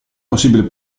possibile